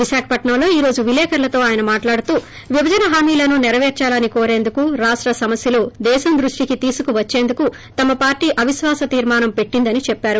విశాఖపట్నంలో ఈ రోజు విలేకరులతో ఆయన మాట్లాడుతూ విభజన హామీలను నెరవేర్సాలని కోరేందుకు రాష్ట సమస్యలు దేశం దృష్షికి తీసుకువచ్చేందుకు తమ పార్టీ అవిశ్వాస తీర్మా నం పెట్టిందెని చెప్పారు